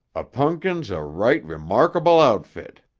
a punkin's a right remarkable outfit.